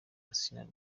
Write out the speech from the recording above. asinah